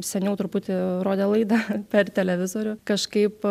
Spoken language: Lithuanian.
seniau truputį rodė laidą per televizorių kažkaip